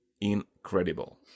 incredible